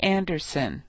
Anderson